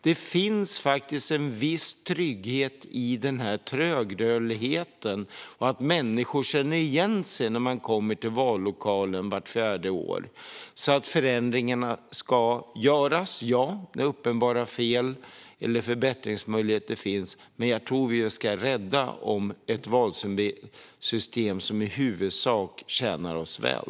Det finns faktiskt en viss trygghet i den här trögrörligheten och att människor känner igen sig när de kommer till vallokalen vart fjärde år. Förändringar ska göras där uppenbara fel eller förbättringsmöjligheter finns. Men jag tror att vi ska vara rädda om ett valsystem som i huvudsak tjänar oss väl.